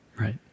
right